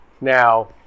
Now